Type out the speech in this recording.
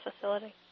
facility